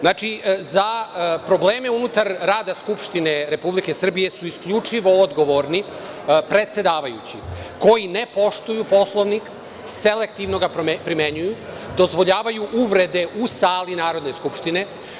Znači, za probleme unutar rada Skupštine Republike Srbije su isključivo odgovorni predsedavajući, koji ne poštuju Poslovnik, selektivno ga primenjuju, dozvoljavaju uvrede u sali Narodne skupštine.